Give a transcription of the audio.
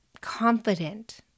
confident